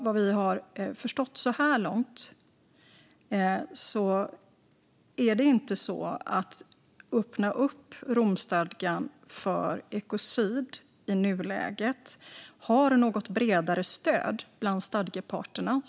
Vad vi har förstått så här långt har att öppna upp Romstadgan för ekocid i nuläget inte något bredare stöd bland stadgeparterna.